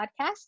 podcast